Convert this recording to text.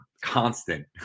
constant